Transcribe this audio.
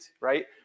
right